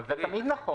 אבל זה תמיד נכון.